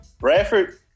Bradford